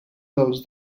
dels